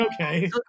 Okay